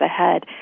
ahead